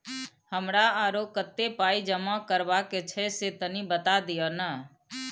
हमरा आरो कत्ते पाई जमा करबा के छै से तनी बता दिय न?